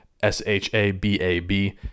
S-H-A-B-A-B